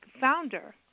founder